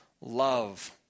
love